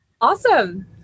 Awesome